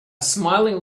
smiling